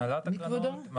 הנהלת הקרנות.